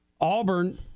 Auburn –